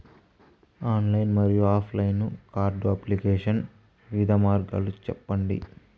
Online మరియు offline card application వివిధ మార్గాలు సెప్పండి?